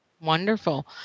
Wonderful